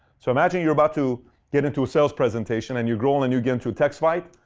so imagine you're about to get into a sales presentation and your girl and you get into a text fight.